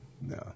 No